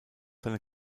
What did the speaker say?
seine